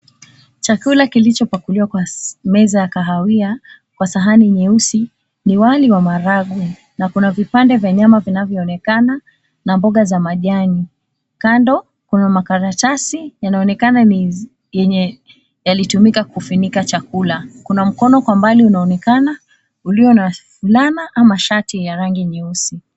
Chakula kilichopakuliwa kwa meza ya kahawai kwa sahani nyeusi ni wali wa maragwe na kuna vipande vya nyama vinavyoonekana na mboga za majani, kando kuna makaratasi yanaonekana ni yenye yalitumika kufinika chakula. Kuna mkono kwa mbali unaonekana ulio na fulana ama shati ya rangi nyeusi.